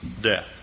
death